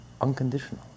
unconditional